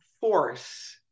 force